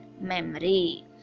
memory